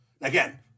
Again